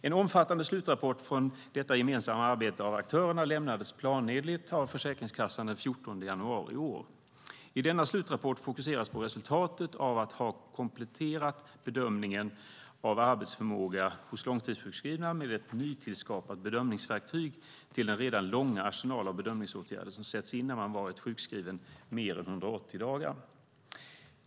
En omfattande slutrapport från detta gemensamma arbete av aktörerna lämnades planenligt av Försäkringskassan den 14 januari i år. I denna slutrapport fokuseras på resultatet av att ha kompletterat bedömningen av arbetsförmåga hos långtidssjukskrivna med ett nytillskapat bedömningsverktyg till den redan långa arsenal av bedömningsåtgärder som sätts in när man har varit sjukskriven mer än 180 dagar.